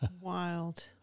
Wild